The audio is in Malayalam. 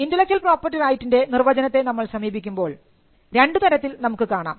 ഇന്റെലക്ച്വൽ പ്രോപ്പർട്ടി റൈറ്റിൻറെ നിർവചനത്തെ നമ്മൾ സമീപിക്കുമ്പോൾ രണ്ടു തരത്തിൽ നമുക്ക് കാണാം